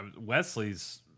Wesley's